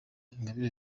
ingabire